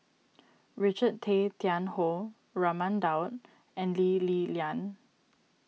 Richard Tay Tian Hoe Raman Daud and Lee Li Lian